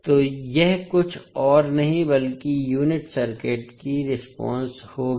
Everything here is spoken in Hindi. तो यह कुछ और नहीं बल्कि यूनिट सर्किट की रेस्पॉन्स होगी